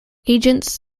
agents